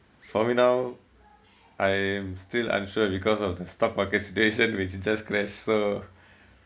for me now I am still unsure because of the stock markets situation which just crashed so